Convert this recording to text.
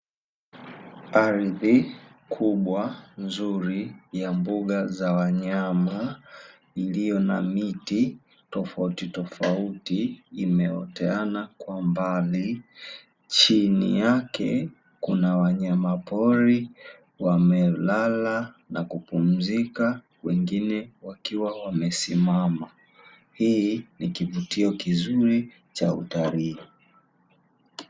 Ardhi kubwa nzuri ya mbuga za wanyama, iliyo na miti tofautitofauti, imeoteana kwa mbali; chini yake kuna wanyama pori wamelala na kupunzika, wengine wakiwa wamesimama. Hii ni kivutio kizuri cha utalii.